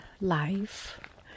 life